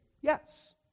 yes